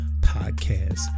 podcast